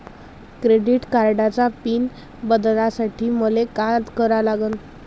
Credit कार्डाचा pin बदलासाठी मले का करा लागन?